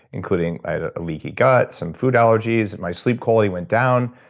including i had a leaky gut, some food allergies and my sleep quality went down,